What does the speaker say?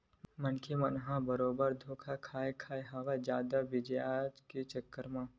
मनखे मन ह बरोबर धोखा खाय खाय हवय जादा बियाज के चक्कर म आके